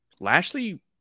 Lashley